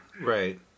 Right